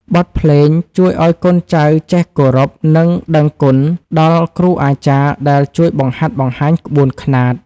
បទភ្លេងជួយឱ្យកូនចៅចេះគោរព និងដឹងគុណដល់គ្រូអាចារ្យដែលជួយបង្ហាត់បង្ហាញក្បួនខ្នាត។